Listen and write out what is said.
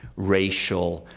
racial,